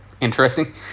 Interesting